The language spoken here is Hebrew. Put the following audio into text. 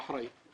ואחראי.